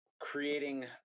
creating